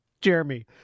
Jeremy